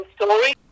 story